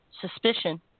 suspicion